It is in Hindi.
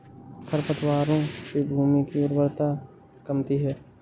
खरपतवारों से भूमि की उर्वरता कमती है